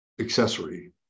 accessory